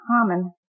common